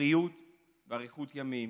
בריאות ואריכות ימים.